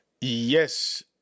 Yes